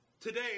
Today